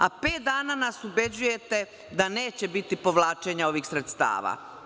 A pet dana nas ubeđujete da neće biti povlačenja ovih sredstava.